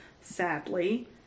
sadly